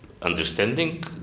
understanding